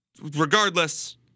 regardless